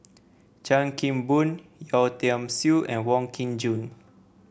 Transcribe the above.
Chan Kim Boon Yeo Tiam Siew and Wong Kin Jong